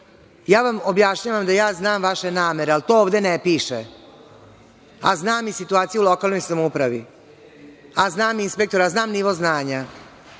Objašnjavam vam da znam vaše namere, ali to ovde ne piše, a znam i situaciju u lokalnoj samoupravi, a znam inspektora, znam nivo znanja.